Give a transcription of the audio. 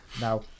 Now